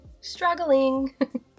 struggling